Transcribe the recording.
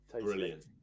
Brilliant